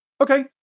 Okay